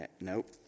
Nope